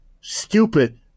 stupid